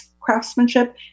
craftsmanship